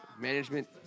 management